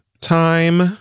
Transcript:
time